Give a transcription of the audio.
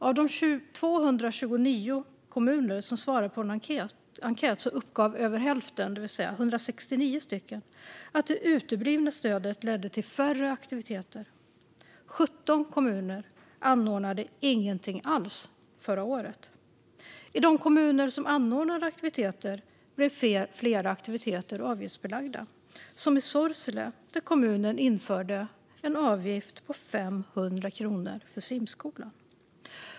Av de 229 kommuner som svarade på en enkät uppgav 169 att det uteblivna stödet ledde till färre aktiviteter. 17 kommuner anordnade ingenting alls förra året. I de kommuner som anordnade aktiviteter blev flera aktiviteter avgiftsbelagda, som i Sorsele, där kommunen införde en avgift på 500 kronor för simskolan.